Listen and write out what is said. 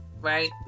right